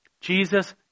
Jesus